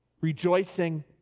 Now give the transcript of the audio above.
rejoicing